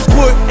put